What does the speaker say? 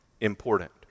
important